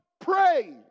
Pray